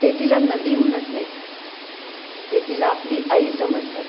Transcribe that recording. ते तिला नदी म्हणत नाहीत ते तिला आपली आई समजतात